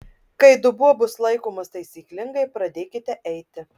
kai dubuo bus laikomas taisyklingai pradėkite eiti